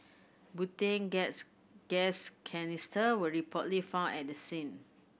butane gas gas canister were reportedly found at the scene